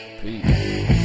peace